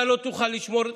אתה לא תוכל לשמור.